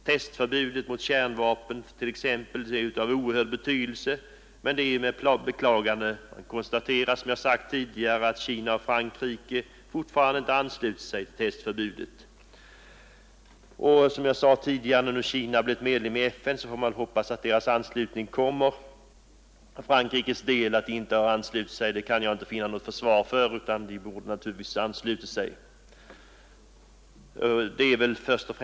Testförbudet mot kärnvapen t.ex. är av oerhörd betydelse, men det är med beklagande man nödgas konstatera att Kina och Frankrike ännu inte anslutit sig till testförbudet. När Kina nu blivit medlem i FN får man hoppas att dess anslutning kommer. Något försvar för att Frankrike inte anslutit sig kan jag inte finna.